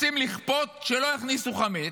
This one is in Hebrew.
רוצים לכפות שלא יכניסו חמץ,